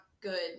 good